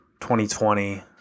2020